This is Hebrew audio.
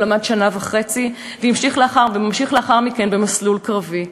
הוא למד שנה וחצי, והמשיך לאחר מכן במסלול קרבי.